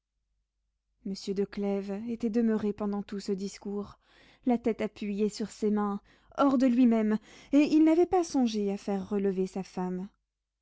monsieur de clèves était demeuré pendant tout ce discours la tête appuyée sur ses mains hors de lui-même et il n'avait pas songé à faire relever sa femme